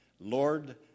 Lord